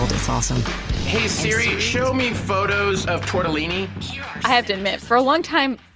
it's awesome hey, siri. show me photos of tortellini i have to admit. for a long time,